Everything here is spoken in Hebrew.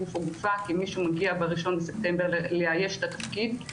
כי מישהו מגיע ב-1 בספטמבר לאייש את התפקיד,